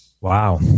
Wow